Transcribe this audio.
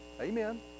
Amen